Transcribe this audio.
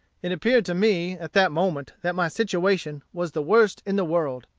it appeared to me, at that moment, that my situation was the worst in the world.